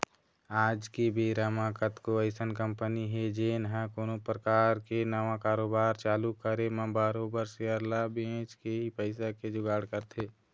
आज के बेरा म कतको अइसन कंपनी हे जेन ह कोनो परकार के नवा कारोबार चालू करे म बरोबर सेयर ल बेंच के ही पइसा के जुगाड़ करथे